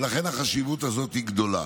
ולכן החשיבות הזו היא גדולה.